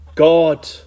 God